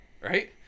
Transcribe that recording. Right